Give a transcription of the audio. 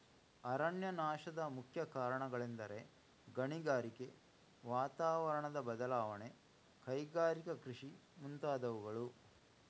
ಅರಣ್ಯನಾಶದ ಮುಖ್ಯ ಕಾರಣಗಳೆಂದರೆ ಗಣಿಗಾರಿಕೆ, ವಾತಾವರಣದ ಬದಲಾವಣೆ, ಕೈಗಾರಿಕಾ ಕೃಷಿ ಮುಂತಾದವುಗಳು